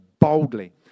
boldly